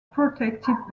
protected